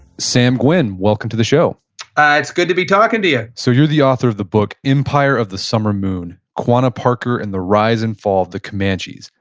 sam gwynne, welcome to the show and it's good to be talking to you so you're the author of the book, empire of the summer moon quanah parker and the rise and fall of the comanches,